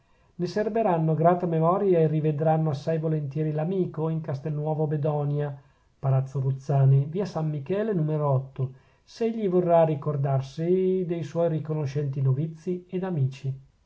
accordata ne serberanno grata memoria e rivedranno assai volentieri l'amico in castelnuovo bedonia palazzo ruzzani via s michele nume rotto se egli vorrà ricordarsi de suoi riconoscenti novizi ed amici